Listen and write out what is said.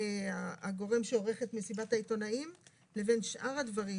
הגורם שעורך את מסיבת העיתונאים לבין שאר הדברים,